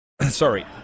Sorry